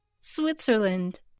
Switzerland